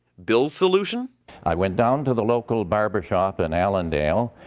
bill's solution i went down to the local barber shop in allendale,